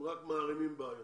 הם רק מערימים בעיות.